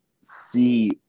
see